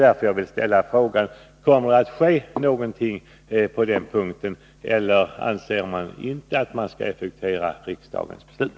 Därför vill jag ställa frågan: Kommer det att ske någonting på denna punkt, eller anser regeringen att den inte skall effektuera riksdagens beslut?